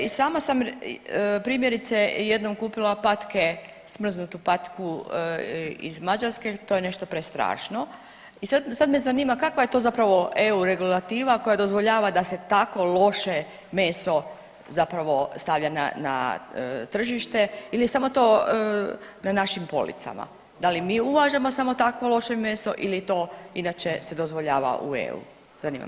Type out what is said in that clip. I sama sam primjerice jednom kupila patke, smrznutu patku iz Mađarske, to je nešto prestrašno i sad, sad me zanima kakva je to zapravo eu regulativa koja dozvoljava da se tako loše meso zapravo stavlja na, na tržište ili je samo to na našim policama, da li mi uvažemo samo takvo loše meso ili to inače se dozvoljava u eu, zanima me.